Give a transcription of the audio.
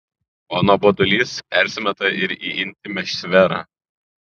o nuobodulys persimeta ir į intymią sferą